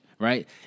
Right